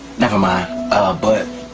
nevermind but